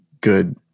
good